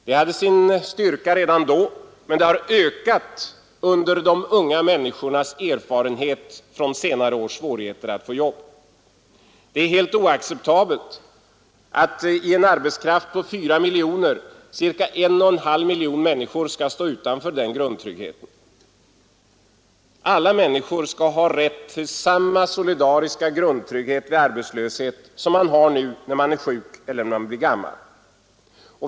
Det hade sin styrka redan då men det har ökat med de unga människornas erfarenhet från senare års svårigheter att få jobb. Det är helt oacceptabelt att i en arbetskraft på 4 miljoner ca 1,5 miljoner människor skall stå utanför den grundtryggheten. Alla människor skall ha rätt till samma solidariska grundtrygghet vid arbetslöshet som man har nu när man är sjuk eller blir gammal.